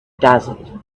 dazzled